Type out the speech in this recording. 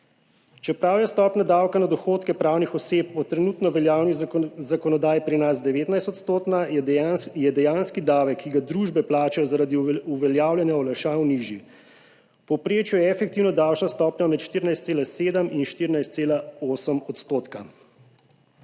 Čeprav je stopnja davka na dohodke pravnih oseb po trenutno veljavni zakonodaji pri nas 19 %, je dejanski davek, ki ga družbe plačajo zaradi uveljavljanja olajšav, nižji. V povprečju je efektivna davčna stopnja med 14,7 in 14,8 %.